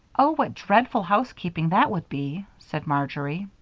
oh, what dreadful housekeeping that would be! said marjory.